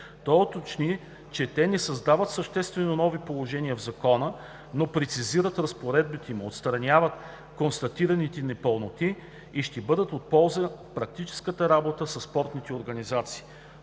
Той уточни, че те не създават съществено нови положения в Закона, но прецизират разпоредбите му, отстраняват констатираните непълноти и ще бъдат от полза в практическата работа със спортните организации.